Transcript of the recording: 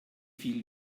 viel